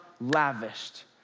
lavished